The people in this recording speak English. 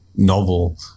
novel